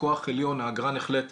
בכוח עליון האגרה נחלטת.